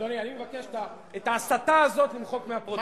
אדוני, אני מבקש, את ההסתה הזאת למחוק מהפרוטוקול.